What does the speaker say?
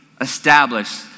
established